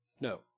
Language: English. No